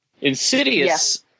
Insidious